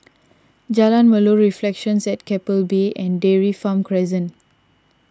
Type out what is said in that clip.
Jalan Melor Reflections at Keppel Bay and Dairy Farm Crescent